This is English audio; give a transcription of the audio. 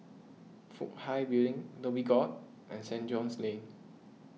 Fook Hai Building Dhoby Ghaut and Saint George's Lane